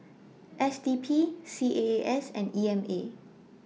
S D P C A A S and E M A